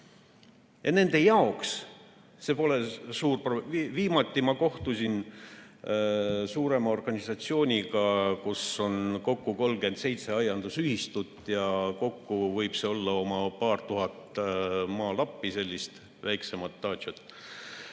Nende jaoks see pole suur [probleem]. Viimati ma kohtusin suurema organisatsiooniga, kus on kokku 37 aiandusühistut ja kokku võib neil olla oma paar tuhat maalappi, sellist väiksemat daatšat.